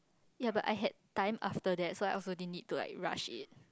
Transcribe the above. ya but I had time after that so I also didn't need to like rush it